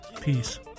Peace